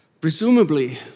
Presumably